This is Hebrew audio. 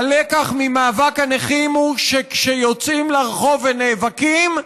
הלקח ממאבק הנכים הוא שכשיוצאים לרחוב ונאבקים,